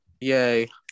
Yay